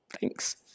Thanks